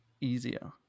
easier